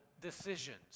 decisions